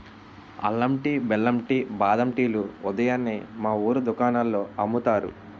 అల్లం టీ, బెల్లం టీ, బాదం టీ లు ఉదయాన్నే మా వూరు దుకాణాల్లో అమ్ముతారు